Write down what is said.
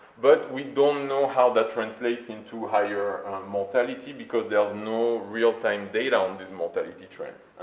but we don't know how that translates into higher mortality, because there's no real-time data on this mortality trend,